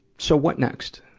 so, what next?